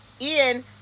Ian